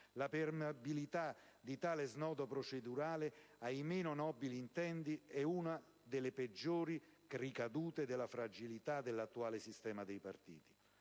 la permeabilità di tale snodo procedurale ai meno nobili intenti è una delle peggiori ricadute della fragilità dell'attuale sistema dei partiti.